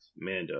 Mando